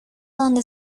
donde